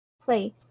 place